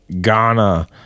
ghana